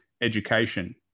education